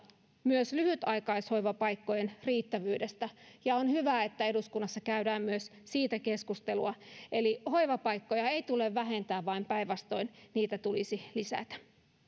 myös lyhytaikaishoivapaikkojen riittävyydestä ja on hyvä että eduskunnassa käydään myös siitä keskustelua eli hoivapaikkoja ei tule vähentää vaan päinvastoin niitä tulisi lisätä